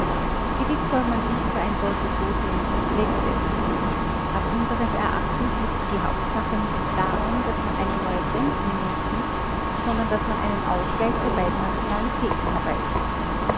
gewiß soll man sich über ein solches votum nicht hinwegsetzen aber unseres erachtens liegt die hauptsache nicht darin daß man eine neue grenzlinie zieht sondern daß man einen ausgleich der beiden nationalitäten herbeiführt